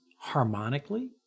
harmonically